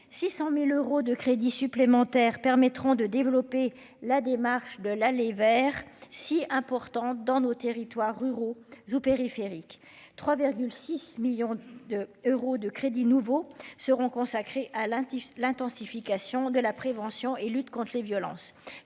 600000 euros de crédits supplémentaires permettront de développer la démarche de l'les vers, si important dans nos territoires ruraux joue périphérique 3 6 millions deux euros de crédits nouveaux seront consacrés à l'intensification de la prévention et lutte contre les violences,